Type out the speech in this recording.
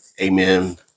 amen